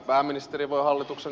olkaa hyvä